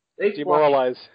Demoralize